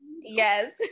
Yes